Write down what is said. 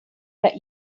that